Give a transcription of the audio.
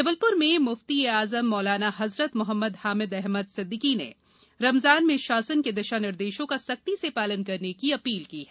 जबलप्र में म्फ्ती ए आजम मौलाना हजरत मोहम्मद हामिद अहमद सिद्दीकी ने रमजान में शासन के दिशा निर्देशों का सख्ती से शालन करने की अशील की है